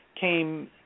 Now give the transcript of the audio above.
came